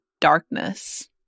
darkness